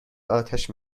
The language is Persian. آتش